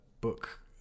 book